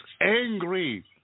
angry